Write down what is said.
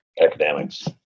academics